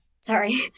sorry